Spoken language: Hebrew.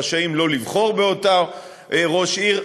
הם רשאים לא לבחור באותו ראש עיר.